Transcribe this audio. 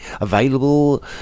available